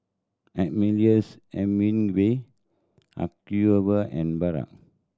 Ernest Hemingway Acuvue and Bragg